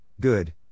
good